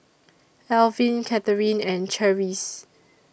Elvin Catharine and Cherise